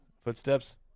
footsteps